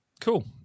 Cool